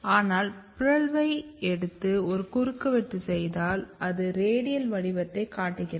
ஆனால் பிறழ்வை எடுத்து ஒரு குறுக்குவெட்டு செய்தால் அது ரேடியல் வடிவத்தைக் காட்டுகிறது